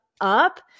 up